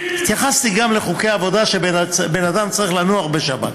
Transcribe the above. התייחסתי גם לחוקי עבודה, שבן אדם צריך לנוח בשבת.